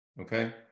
okay